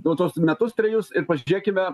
nu tuos metus trejus ir pažiūrėkime